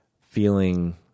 feeling